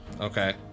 Okay